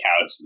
couch